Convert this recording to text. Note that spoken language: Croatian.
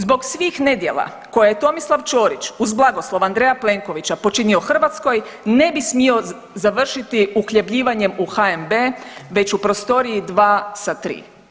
Zbog svih nedjela koje je Tomislav Čorić uz blagoslov Andreja Plenkovića počinio Hrvatskoj ne bi smio završiti uhljebljivanjem u HNB već u prostoriji dva sa tri.